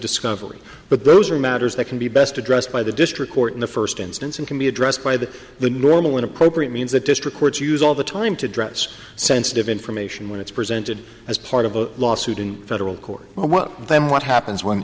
discovery but those are matters that can be best addressed by the district court in the first instance and can be addressed by the the normal when appropriate means that district courts use all the time to address sensitive information when it's presented as part of a lawsuit in federal court well then what happens when